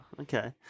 okay